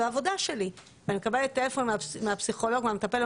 בעבודה שלי אני מקבלת טלפון מהפסיכולוג, מהמטפל.